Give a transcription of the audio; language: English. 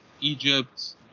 Egypt